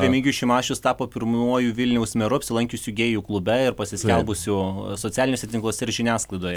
remigijus šimašius tapo pirmuoju vilniaus meru apsilankiusiu gėjų klube ir pasiskelbusiu socialiniuose tinkluose ir žiniasklaidoje